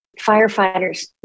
firefighters